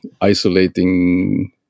isolating